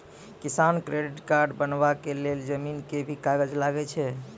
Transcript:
किसान credit card बनबा के लेल जमीन के भी कागज लागै छै कि?